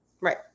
Right